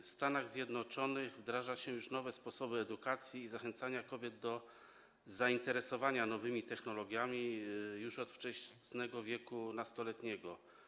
W Stanach Zjednoczonych wdraża się już nowe sposoby edukacji i zachęcania kobiet do zainteresowania się nowymi technologiami już od wczesnego wieku nastoletniego.